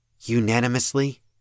Unanimously